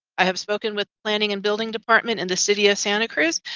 i have spoken with planning and building department in the city of santa cruz.